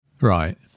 Right